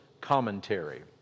commentary